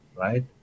right